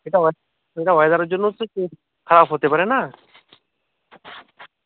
সেটা ওয়ে সেটা ওয়েদারের জন্যও তো খারাপ হতে পারে না